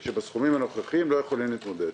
לא יכולים להתמודד.